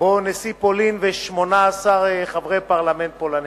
ובו נשיא פולין ו-18 חברי פרלמנט פולנים.